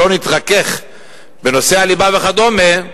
לא נתרכך בנושא הליבה וכדומה,